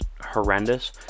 horrendous